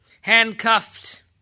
handcuffed